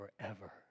forever